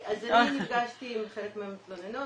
אז אני נפגשתי עם חלק מהמתלוננות.